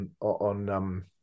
on